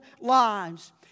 lives